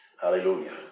Hallelujah